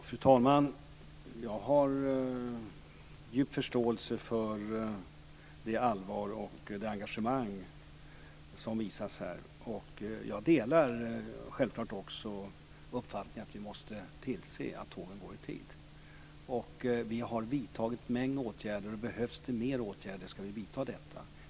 Fru talman! Jag har djup förståelse för det allvar och det engagemang som visas här. Jag delar självfallet också uppfattningen att vi måste tillse att tågen går i tid. Vi har vidtagit en mängd åtgärder, och behövs det mer åtgärder ska vi vidta dem.